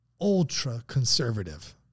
ultra-conservative